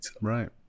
Right